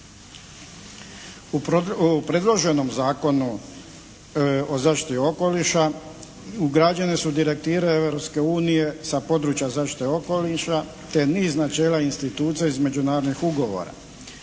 U predloženom Zakona o zaštiti okoliša ugrađene su direktive Europske unije sa područja zaštite okoliša te niz načela i institucija iz međunarodnih ugovora.